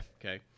Okay